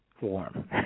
warm